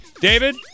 David